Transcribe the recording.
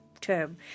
term